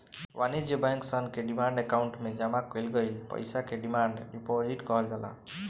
वाणिज्य बैंक सन के डिमांड अकाउंट में जामा कईल गईल पईसा के डिमांड डिपॉजिट कहल जाला